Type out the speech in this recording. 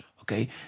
Okay